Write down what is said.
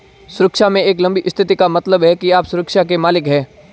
सुरक्षा में एक लंबी स्थिति का मतलब है कि आप सुरक्षा के मालिक हैं